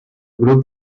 grup